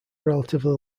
relatively